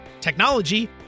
technology